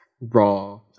raw